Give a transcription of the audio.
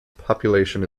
population